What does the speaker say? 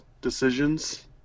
decisions